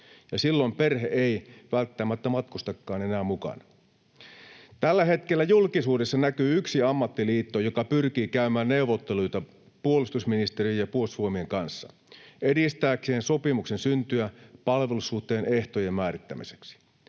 silloin perhe ei välttämättä matkustakaan enää mukana. Tällä hetkellä julkisuudessa näkyy yksi ammattiliitto, joka pyrkii käymään neuvotteluita puolustusministeriön ja Puolustusvoimien kanssa edistääkseen sopimuksen syntyä palvelussuhteen ehtojen määrittämiseksi